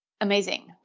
Amazing